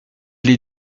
les